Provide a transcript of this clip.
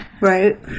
Right